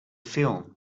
film